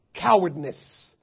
cowardness